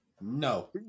No